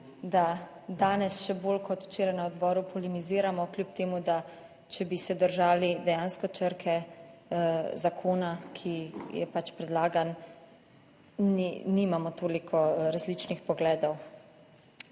da danes še bolj kot včeraj na odboru polemiziramo, kljub temu, da če bi se držali dejansko črke zakona, ki je predlagan, nimamo toliko različnih pogledov.